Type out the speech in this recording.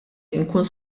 inkun